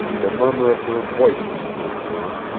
the murmur of their voices came to him.